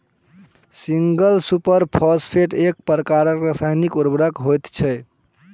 single super phosphate एक प्रकारक रासायनिक उर्वरक होइत छै